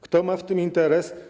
Kto ma w tym interes?